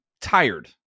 tired